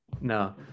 no